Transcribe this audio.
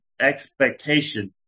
expectation